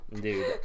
Dude